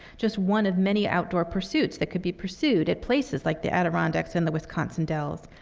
just one of many outdoor pursuits that could be pursued at places like the adirondacks and the wisconsin dells.